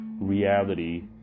reality